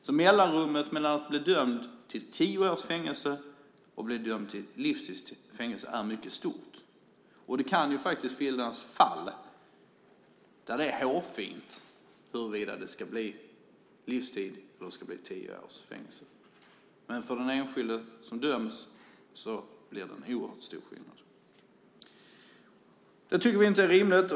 Skillnaden mellan att bli dömd till tio års fängelse och att bli dömd till livstids fängelse är mycket stor. Det kan faktiskt finnas fall där det är hårfint huruvida det ska bli livstids fängelse eller tio års fängelse. Men för den enskilde som döms blir det en oerhört stor skillnad. Det tycker vi inte är rimligt.